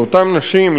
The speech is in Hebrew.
לאותן נשים,